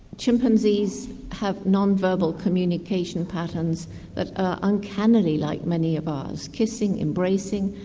chimpanzees have non-verbal communication patterns that are uncannily like many of ours kissing, embracing,